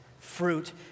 Fruit